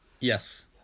Yes